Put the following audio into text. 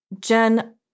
jen